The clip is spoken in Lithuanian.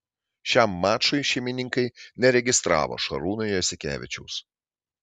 šiam mačui šeimininkai neregistravo šarūno jasikevičiaus